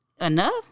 Enough